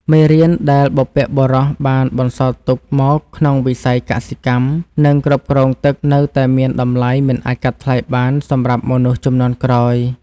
មេរៀនដែលបុព្វបុរសបានបន្សល់ទុកមកក្នុងវិស័យកសិកម្ម និងគ្រប់គ្រងទឹកនៅតែមានតម្លៃមិនអាចកាត់ថ្លៃបានសម្រាប់មនុស្សជំនាន់ក្រោយ។